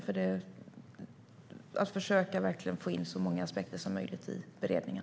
Vi ska verkligen försöka få in så många aspekter som möjligt i beredningen.